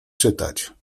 czytać